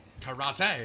Karate